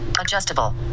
Adjustable